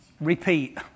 repeat